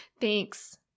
thanks